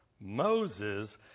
Moses